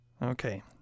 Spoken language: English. Okay